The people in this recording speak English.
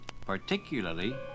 particularly